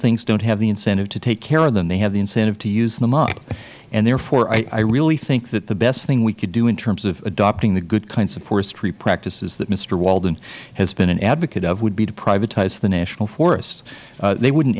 things don't have the incentive to take care of them they have the incentive to use them up therefore i really think that the best thing we can do in terms of adopting the good kinds of forestry practices that mister walden has been an advocate of would be to privatize the national forest they wouldn't